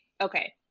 okay